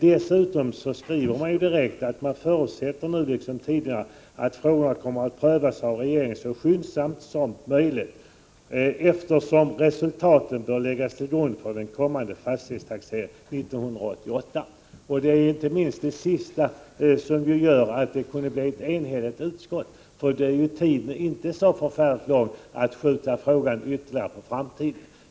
Dessutom skriver utskottet direkt att man nu liksom tidigare förutsätter att frågorna kommer att prövas av regeringen så skyndsamt som möjligt, eftersom resultatet bör läggas till grund för den kommande fastighetstaxeringen 1988. Det är inte minst det sista som har gjort att utskottet kunnat bli enhälligt. Tiden medger inte att man skjuter frågan särskilt mycket ytterligare på framtiden.